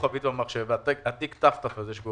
תיקון לנושא הזה, ואתה גם